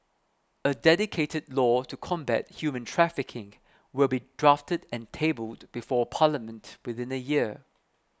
a dedicated law to combat human trafficking will be drafted and tabled before Parliament within a year